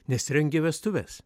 nes rengė vestuves